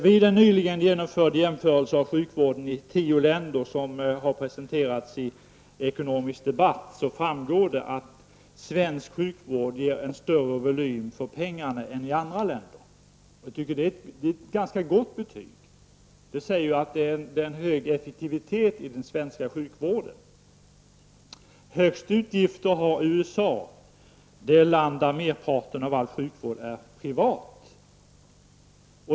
Vid en nyligen genomförd jämförelse av sjukvården i 10 länder som presenterats i Ekonomisk Debatt framgår att svensk sjukvård ger en större volym för pengarna än den i andra länder. Jag tycker det är ett ganska gott betyg. Det talar om en hög effektivitet i den svenska sjukvården. Högst utgifter har USA, det land där merparten av all sjukvård är privat.